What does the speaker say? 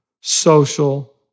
social